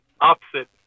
opposite